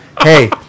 hey